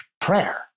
prayer